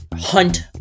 hunt